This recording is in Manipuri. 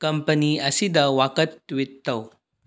ꯀꯝꯄꯅꯤ ꯑꯁꯤꯗ ꯋꯥꯀꯠ ꯇ꯭ꯋꯤꯠ ꯇꯧ